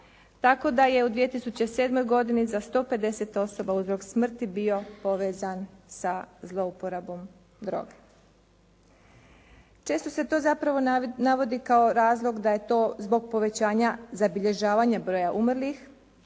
tako da je u 2007. godini za 150 osoba uzrok smrti bio povezan sa zlouporabom droge. Često se to zapravo navodi kao razlog da je to zbog povećanja zabilježavanja broja umrlih